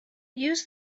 use